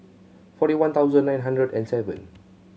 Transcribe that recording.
forty one thousand nine hundred and seven